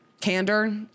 candor